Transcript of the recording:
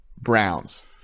Browns